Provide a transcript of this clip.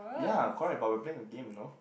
ya correct but we're playing a game no